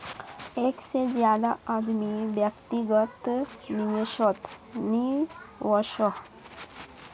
एक से ज्यादा आदमी व्यक्तिगत निवेसोत नि वोसोह